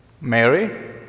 Mary